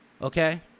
Okay